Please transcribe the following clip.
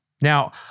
Now